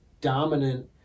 dominant